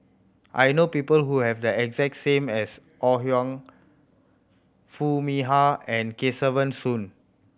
I know people who have the exact same as Ore Huiying Foo Mee Har and Kesavan Soon